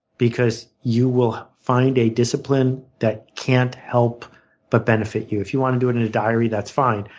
because you will find a discipline that can't help but benefit you. if you want to do it in a diary, that's fine.